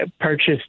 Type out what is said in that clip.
purchased